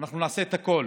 נעשה את הכול